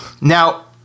Now